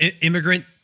Immigrant